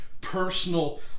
personal